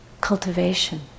cultivation